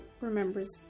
remembers